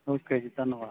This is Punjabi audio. ਓਕੇ ਜੀ ਧੰਨਵਾਦ